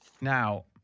Now